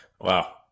Wow